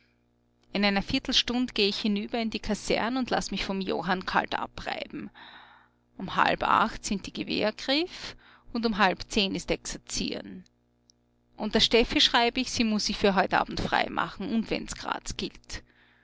in einer viertelstund geh ich hinüber in die kasern und laß mich vom johann kalt abreiben um halb acht sind die gewehrgriff und um halb zehn ist exerzieren und der steffi schreib ich sie muß sich für heut abend frei machen und wenn's graz gilt